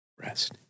rest